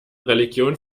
religion